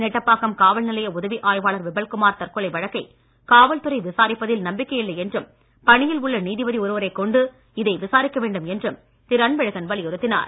நெட்டப்பாக்கம் காவல் நிலைய உதவி ஆய்வாளர் விபல்குமார் தற்கொலை வழக்கை காவல் துறை விசாரிப்பதில் நம்பிக்கை இல்லை என்றும் பணியில் உள்ள நீதிபதி ஒருவரைக் கொண்டு இதை விசாரிக்க வேண்டும் என்றும் திரு அன்பழகன் வலியுறுத்தினார்